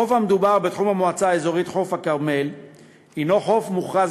2. החוף המדובר בתחום המועצה האזורית חוף-הכרמל הוא חוף מוכרז